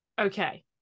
Okay